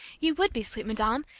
you would be, sweet madam,